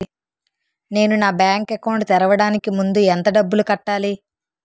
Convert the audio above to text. నేను నా bank account తెరవడానికి ముందు ఎంత డబ్బులు కట్టాలి?